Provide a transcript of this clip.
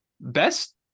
best